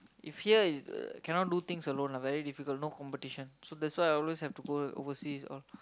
if here is cannot do things alone lah very difficult no competition so that's why I always have to go overseas all